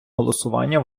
голосування